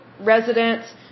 residents